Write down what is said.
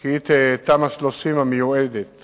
כי תמ"א 30 המיועדת